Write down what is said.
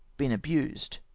been abused.